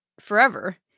forever